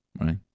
Right